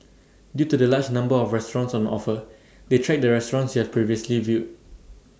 due to the large number of restaurants on offer they track the restaurants you have previously viewed